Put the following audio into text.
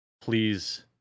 please